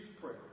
prayer